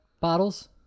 Bottles